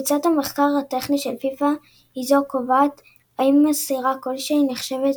קבוצת המחקר הטכני של פיפ"א היא זו הקובעת האם מסירה כלשהי נחשבת